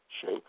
shape